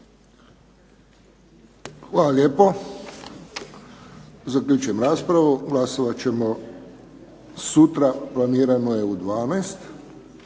Hvala lijepo. Zaključujem raspravu. Glasovat ćemo sutra, planirano je u 12.